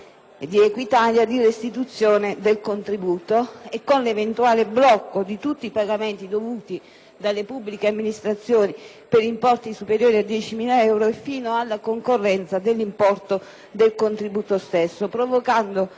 di Equitalia di restituzione del contributo e con eventuale blocco di tutti i pagamenti dovuti dalle pubbliche amministrazioni per importi superiori ai 10.000 euro e fino a concorrenza dell'importo del contributo stesso. Come